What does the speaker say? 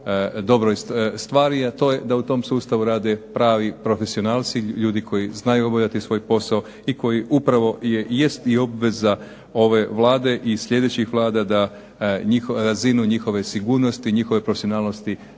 dobroj stvari, a to je da u tom sustavu rade prave profesionalci, ljudi koji znaju obavljati svoj posao i koji upravo jest i obveza ove Vlade i sljedećih vlada da razinu njihove sigurnosti i njihove profesionalnosti